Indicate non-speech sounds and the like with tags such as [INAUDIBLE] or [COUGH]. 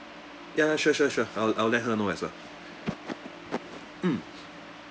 ya ya sure sure sure I'll I'll let her know as well [NOISE] mm